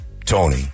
Tony